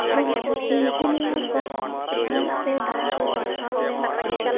ᱡᱮᱢᱚᱱ ᱤᱱᱡᱤᱱᱤᱭᱟᱨ ᱠᱚᱦᱚᱸ ᱢᱚᱡᱽ ᱛᱮ ᱵᱟᱝ ᱠᱚ ᱯᱟᱲᱦᱟᱣ ᱞᱮᱱᱠᱷᱟᱱ